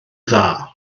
dda